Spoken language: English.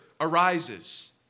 arises